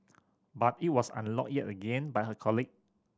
but it was unlocked yet again by her colleague